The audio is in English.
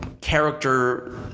character